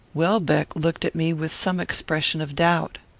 welbeck looked at me with some expression of doubt.